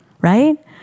right